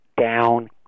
down